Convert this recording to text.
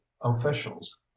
officials